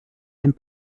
and